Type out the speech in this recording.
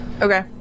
Okay